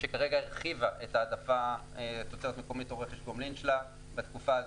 שכרגע הרחיבה את העדפת תוצרת מקומית או רכש גומלין שלה בתקופה הזו.